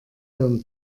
ihren